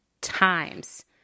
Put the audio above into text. times